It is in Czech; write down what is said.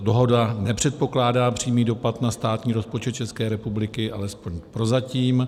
Dohoda nepředpokládá přímý dopad na státní rozpočet České republiky, alespoň prozatím.